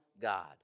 God